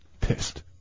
Pissed